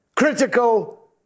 critical